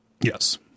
Yes